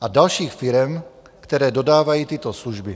a dalších firem, které dodávají tyto služby.